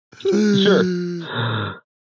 Sure